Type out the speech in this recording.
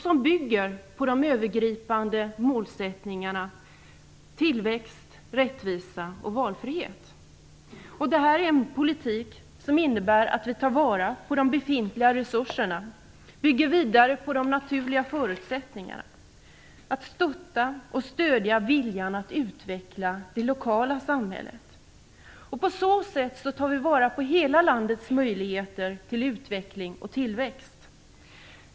Den bygger på de övergripande målsättningarna tillväxt, rättvisa och valfrihet. Det är en politik som innebär att vi tar vara på de befintliga resurserna, bygger vidare på de naturliga förutsättningarna och stöttar och stödjer viljan att utveckla det lokala samhället. På så sätt tar vi vara på hela landets möjligheter till utveckling och tillväxt.